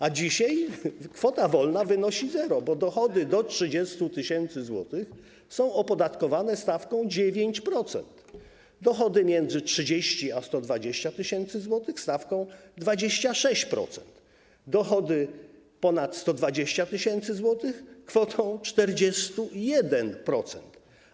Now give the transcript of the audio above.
A dzisiaj kwota wolna wynosi zero, bo dochody do 30 tys. zł są opodatkowane stawką 9%, dochody między 30 a 120 tys. zł - stawką 26%, a dochody ponad 120 tys. zł - stawką 41%.